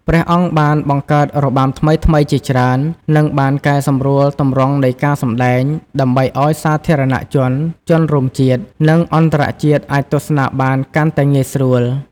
ព្រះអង្គបានបង្កើតរបាំថ្មីៗជាច្រើន និងបានកែសម្រួលទម្រង់នៃការសម្តែង ដើម្បីឲ្យសាធារណជន ជនរួមជាតិ និងអន្តរជាតិអាចទស្សនាបានកាន់តែងាយស្រួល។